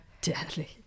Deadly